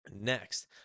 next